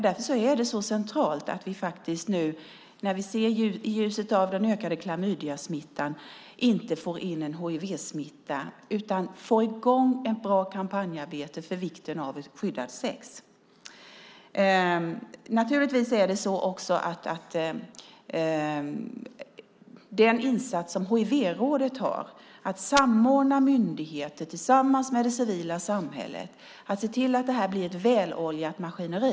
Därför är det så centralt att vi i ljuset av den ökade klamydiasmittan inte får in en hivsmitta utan får i gång ett bra kampanjarbete om vikten av skyddat sex. Hivrådet ska samordna myndigheter och det civila samhället och se till att det här blir ett väloljat maskineri.